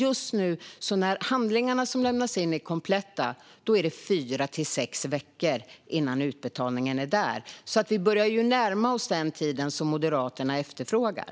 Enligt dem tar det just nu fyra till sex veckor innan man får utbetalningen när ansökan är komplett. Vi börjar oss alltså närma oss den tid som Moderaterna efterfrågar.